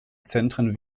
zentren